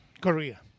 Korea